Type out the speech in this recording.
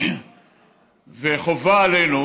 וחובה עלינו